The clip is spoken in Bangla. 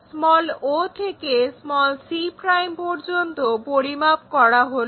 o থেকে c পর্যন্ত পরিমাপ করা হলো